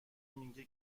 میگه